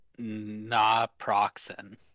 naproxen